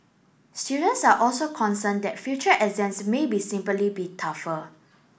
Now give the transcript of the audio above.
students are also concerned that future exams may be simply be tougher